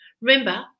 Remember